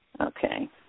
Okay